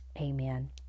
amen